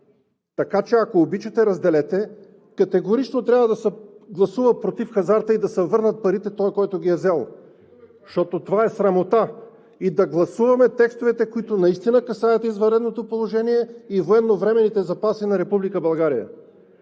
Така че, ако обичате, разделете – категорично трябва да се гласува против хазарта и да се върнат парите от този, който ги е взел, защото това е срамота! И да гласуваме текстовете, които наистина касаят извънредното положение и военновременните запаси на